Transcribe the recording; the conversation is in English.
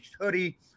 hoodie